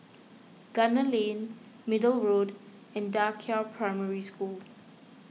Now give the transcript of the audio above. Gunner Lane Middle Road and Da Qiao Primary School